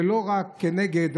/ ולא רק מהטילים.